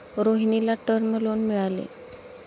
रोहिणीला term loan मिळाले